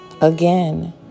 Again